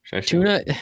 Tuna